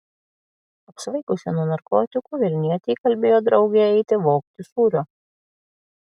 apsvaigusi nuo narkotikų vilnietė įkalbėjo draugę eiti vogti sūrio